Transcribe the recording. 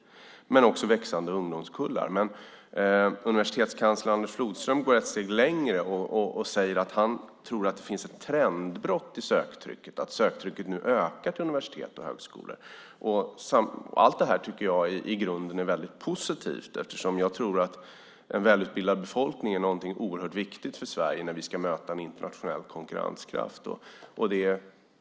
Det handlar också om växande ungdomskullar. Universitetskansler Anders Flodström går ett steg längre och säger att han tror att det finns ett trendbrott i söktrycket, att söktrycket nu ökar på universitet och högskolor. Allt det här tycker jag i grunden är väldigt positivt. Jag tror att en välutbildad befolkning är något oerhört viktigt för Sverige när vi ska möta en internationell konkurrens.